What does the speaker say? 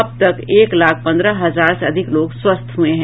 अब तक एक लाख पन्द्रह हजार से अधिक लोग स्वस्थ हुये हैं